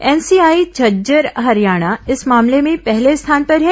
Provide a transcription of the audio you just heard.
NCI Jhajjar Haryana इस मामले में पहले स्थान पर है